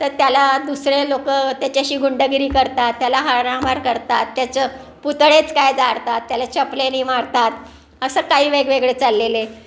तर त्याला दुसरे लोक त्याच्याशी गुंडगिरी करतात त्याला हाणामार करतात त्याचं पुतळेच काय जाळतात त्याला चपलेने मारतात असं काही वेगवेगळे चाललेले आहे